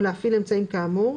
או להפעיל אמצעים כאמור,